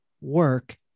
work